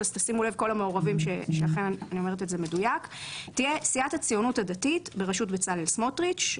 בסיעת "הציונות הדתית בראשות בצלאל סמוטריץ'"